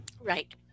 Right